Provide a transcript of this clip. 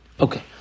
Okay